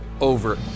over